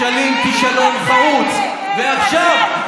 ועכשיו,